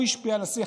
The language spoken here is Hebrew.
הוא השפיע על השיח.